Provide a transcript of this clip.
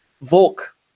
Volk